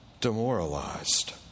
demoralized